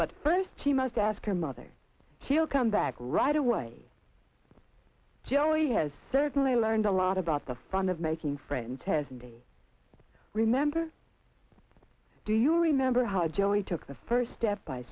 but first she must ask her mother he'll come back right away she only has certainly learned a lot about the front of making friends hesitate remember do you remember how joey took the first step by